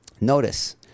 Notice